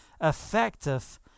effective